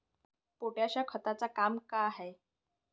Potash या खताचं काम का हाय?